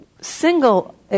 single